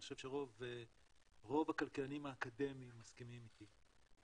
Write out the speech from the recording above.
אני חושב שרוב הכלכלנים האקדמיים מסכימים איתי.